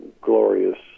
glorious